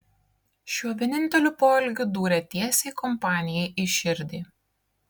šiuo vieninteliu poelgiu dūrė tiesiai kompanijai į širdį